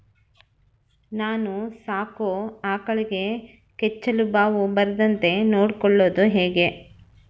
ನಾನು ಸಾಕೋ ಆಕಳಿಗೆ ಕೆಚ್ಚಲುಬಾವು ಬರದಂತೆ ನೊಡ್ಕೊಳೋದು ಹೇಗೆ?